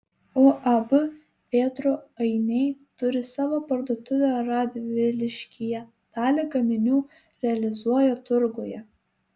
uab vėtrų ainiai turi savo parduotuvę radviliškyje dalį gaminių realizuoja turguje